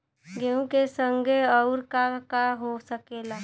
गेहूँ के संगे अउर का का हो सकेला?